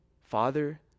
Father